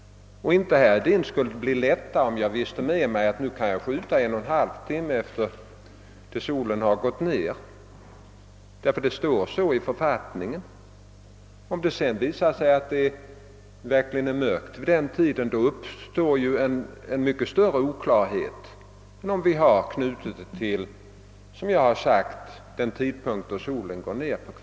Inte skulle det bli lättare, herr Hedin, om man visste med sig att man kunde skjuta 12/> timme efter solens nedgång därför att det står så i författningen. Om det verkligen är mörkt vid denna tid, uppstår en mycket större oklarhet än om vi har knutit bestämmelsen till den tidpunkt då solen går ned.